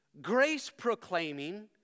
grace-proclaiming